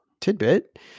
tidbit